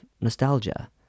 nostalgia